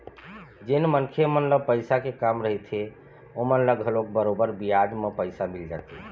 जेन मनखे मन ल पइसा के काम रहिथे ओमन ल घलोक बरोबर बियाज म पइसा मिल जाथे